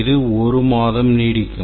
இது ஒரு மாதம் நீடிக்கும்